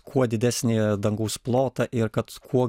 kuo didesnį dangaus plotą ir kad kuo